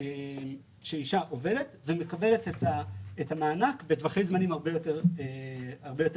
שאישה עובדת ומקבלת את המענק בטווחי זמנים הרבה יותר ריאליים,